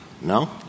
No